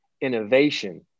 innovation